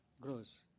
grows